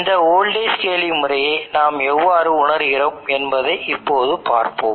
இந்த voltage scaling முறையை நாம் எவ்வாறு உணருகிறோம் என்பதை இப்போது பார்ப்போம்